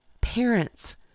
Parents